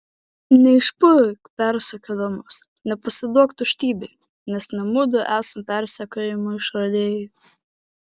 neišpuik persekiodamas nepasiduok tuštybei nes ne mudu esam persekiojimo išradėjai